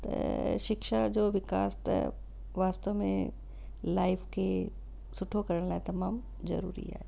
त शिक्षा जो विकास त वास्तव में लाइफ खे सुठो करण लाइ तमामु ज़रूरी आहे